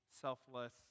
selfless